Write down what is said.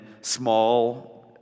small